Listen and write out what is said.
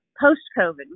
post-COVID